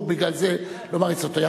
הוא בגלל זה לא מעריץ אותו.